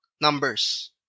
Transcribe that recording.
numbers